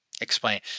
Explain